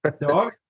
Dog